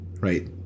right